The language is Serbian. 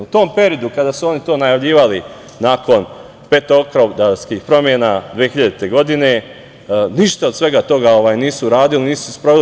U tom periodu kada su oni to najavljivali nakon petooktobarskih promena 2000. godine, ništa od svega toga nisu uradili, nisu sproveli.